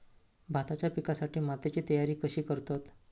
भाताच्या पिकासाठी मातीची तयारी कशी करतत?